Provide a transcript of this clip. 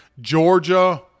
Georgia